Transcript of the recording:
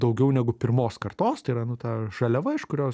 daugiau negu pirmos kartos tai yra nu ta žaliava iš kurios